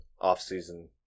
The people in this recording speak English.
off-season